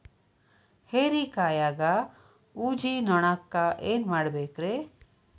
ಹೇರಿಕಾಯಾಗ ಊಜಿ ನೋಣಕ್ಕ ಏನ್ ಮಾಡಬೇಕ್ರೇ?